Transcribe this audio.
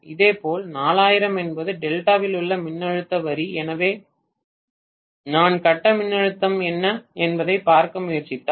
இதேபோல் 4000 என்பது டெல்டாவில் உள்ள மின்னழுத்த வரி எனவே நான் கட்ட மின்னழுத்தம் என்ன என்பதைப் பார்க்க முயற்சித்தால்